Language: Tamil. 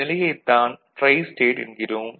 இந்த நிலையைத் தான் ட்ரைஸ்டேட் என்கிறோம்